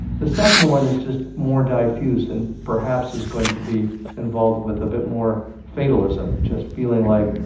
the second one is just more diffuse and perhaps is going to be involved with a bit more fatalism. just feeling like,